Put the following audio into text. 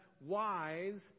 wise